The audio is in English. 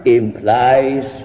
implies